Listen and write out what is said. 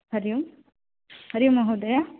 हरियोम् हरियों महोदय